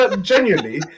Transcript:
genuinely